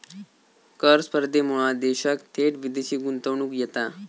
कर स्पर्धेमुळा देशात थेट विदेशी गुंतवणूक येता